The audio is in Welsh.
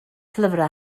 lyfrau